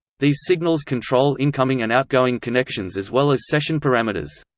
these signals control incoming and outgoing connections as well as session parameters.